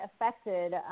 affected